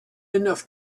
enough